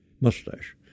mustache